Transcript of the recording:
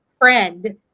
friend